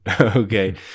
okay